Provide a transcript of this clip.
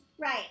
Right